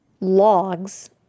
logs